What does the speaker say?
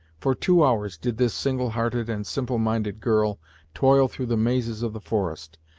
for two hours did this single-hearted and simple-minded girl toil through the mazes of the forest,